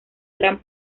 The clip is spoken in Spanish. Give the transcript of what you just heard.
gran